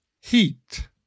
heat